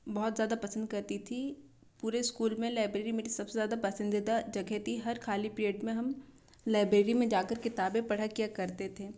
बहुत ज़्यादा पसंद करती थी पूरे स्कूल में लाइब्रेरी में सबसे ज़्यादा पसंदीदा जगह थी हर खाली पीरियड में हम लाइब्रेरी में जा कर किताबें पढ़ा किया करते थे